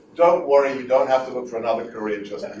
don't worry. you don't have to look for another career choice